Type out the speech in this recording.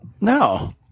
No